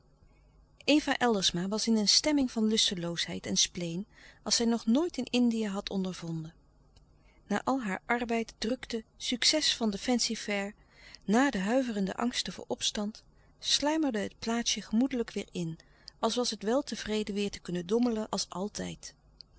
eva eldersma was in een stemming van lusteloosheid en spleen als zij nog nooit in indië had ondervonden na al haar arbeid drukte succes van den fancy-fair na de huiverende angsten voor opstand sluimerde het plaatsje gemoedelijk weêr in als was het weltevreden weêr te kunnen dommelen als altijd